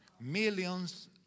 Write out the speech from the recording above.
millions